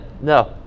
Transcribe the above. no